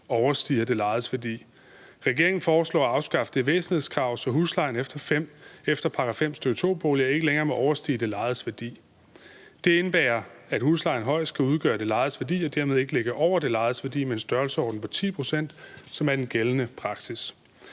overstiger det lejedes værdi. Regeringen foreslår at afskaffe det væsentlighedskrav, så huslejen for boliger efter § 5, stk. 2, ikke længere må overstige det lejedes værdi. Det indebærer, at huslejen højst kan udgøre det lejedes værdi og dermed ikke ligger over det lejedes værdi med en størrelsesorden på 10 pct., som er den gældende praksis.